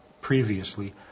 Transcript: previously